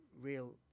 real